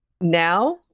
now